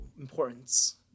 importance